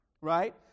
right